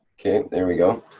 okay, there we go.